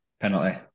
penalty